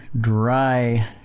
dry